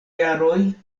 jaroj